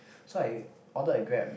so I ordered a Grab